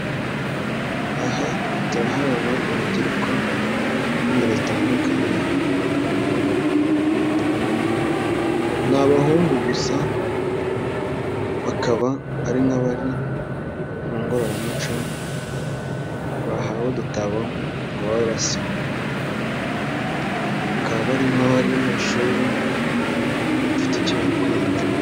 Aha turahabona urubyiruko rw'ingeri zitandukanye, ni abahungu gusa bakaba ari nk'abari mu ngororamuco, bahawe udutabo ngo babe basoma. Bakaba bari nk'abari mu ishuri bafite icyo bari kwiga.